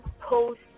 post